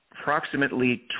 approximately